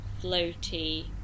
floaty